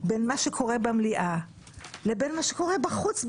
בין מה שקורה במליאה לבין מה שקורה בחוץ,